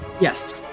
Yes